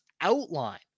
outline